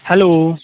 hello